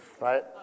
right